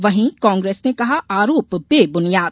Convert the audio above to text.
वहीं कांग्रेस ने कहा आरोप बेब्नियाद